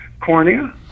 cornea